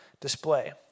display